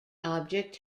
object